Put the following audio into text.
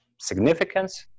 significance